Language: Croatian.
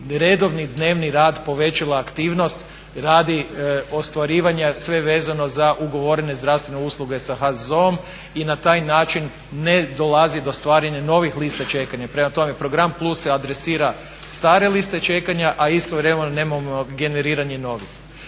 redovni dnevni rad povećava aktivnosti radi ostvarivanja sve vezano za ugovorene zdravstvene usluge sa HZZO-om i na taj način ne dolazi do stvaranja novih lista čekanja. Prema tome, program plus se adresira stare liste čekanja a istovremeno nemamo generiranje novih.